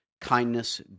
kindness